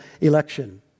election